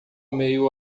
meio